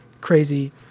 crazy